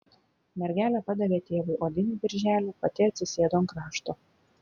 mergelė padavė tėvui odinį dirželį pati atsisėdo ant krašto